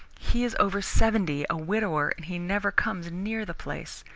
he is over seventy, a widower, and he never comes near the place.